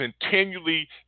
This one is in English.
continually